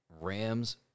Rams